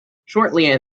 shortly